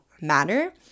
matter